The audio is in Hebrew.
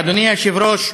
אדוני היושב-ראש,